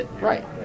Right